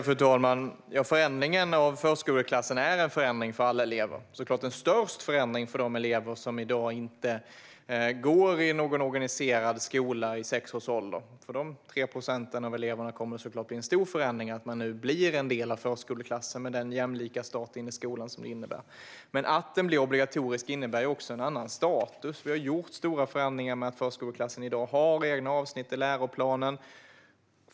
Fru talman! Förändringen av förskoleklassen är en förändring för alla elever. Det är störst förändring för de elever som i dag inte går i en organiserad skola vid sex års ålder. För de 3 procenten av eleverna kommer det såklart att bli en stor förändring att man nu blir en del av förskoleklassen med den jämlika start in i skolan som det innebär. Att förskoleklass blir obligatorisk innebär också en annan status. Vi har gjort stora förändringar där förskoleklassen i dag har egna avsnitt i läroplanen.